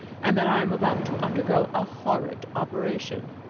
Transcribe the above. and that i am about to undergo a horrid operation.